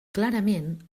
clarament